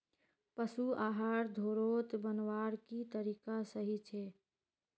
पशु आहार घोरोत बनवार की तरीका सही छे?